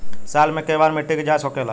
साल मे केए बार मिट्टी के जाँच होखेला?